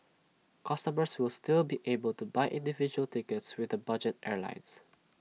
customers will still be able to buy individual tickets with the budget airlines